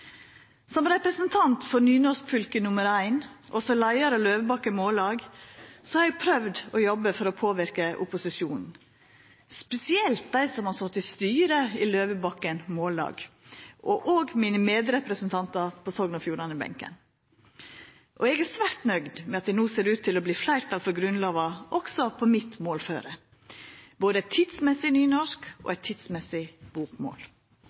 Som representant for nynorskfylke nummer ein, og som leiar i Løvebakken Mållag, har eg prøvd å jobba for å påverka opposisjonen – spesielt dei som har sete i styret i Løvebakken Mållag og òg mine medrepresentantar på Sogn og Fjordane-benken. Eg er svært nøgd med at det no ser ut til å verta fleirtal for Grunnlova også på mitt målføre – både eit tidsmessig nynorsk og eit tidsmessig bokmål.